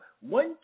one